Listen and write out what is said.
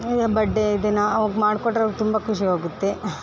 ಏ ಬಡ್ಡೆ ದಿನ ಅವಾಗ ಮಾಡಿಕೊಟ್ರೆ ಅವ್ರ್ಗೆ ತುಂಬ ಖುಷಿವಾಗುತ್ತೆ